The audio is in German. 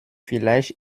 vielleicht